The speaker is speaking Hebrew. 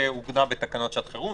שהוגדר בתקנות שעת חירום,